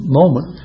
moment